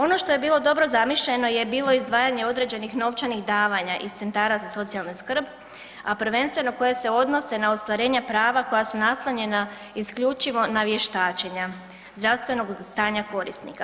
Ono što je bilo dobro zamišljeno je bilo izdvajanje određenih novčanih davanja iz centara za socijalnu skrb, a prvenstveno koje se odnose na ostvarenje prava koja su naslonjena isključivo na vještačenja zdravstvenog stanja korisnika.